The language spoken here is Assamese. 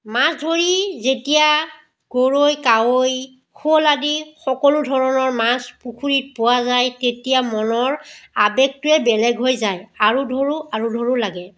মাছ ধৰি যেতিয়া গৰৈ কাৱৈ শ'ল আদি সকলো ধৰণৰ মাছ পুখুৰীত পোৱা যায় তেতিয়া মনৰ আৱেগটোৱে বেলেগ হৈ যায় আৰু ধৰো আৰু ধৰো লাগে